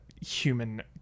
human